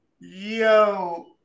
Yo